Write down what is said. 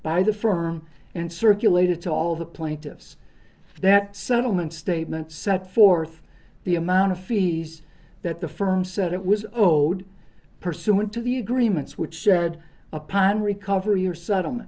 by the firm and circulated to all the plaintiffs that settlement statement set forth the amount of fees that the firm said it was owed pursuant to the agreements which said upon recovery or settlement